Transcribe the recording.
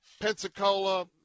pensacola